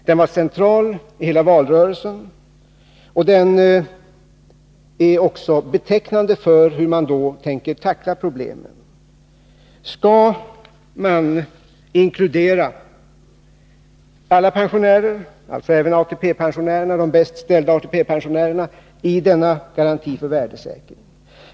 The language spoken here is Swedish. Den var central under hela valrörelsen, och den är också betecknande för hur man då tänkte tackla problemen. Skall man inkludera alla pensionärer, dvs. även de bäst ställda ATP-pensionärerna, i denna garanti för värdesäkring?